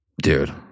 dude